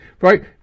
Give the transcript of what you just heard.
Right